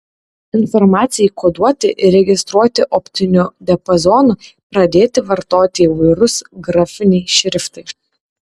informacijai koduoti ir registruoti optiniu diapazonu pradėti vartoti įvairūs grafiniai šriftai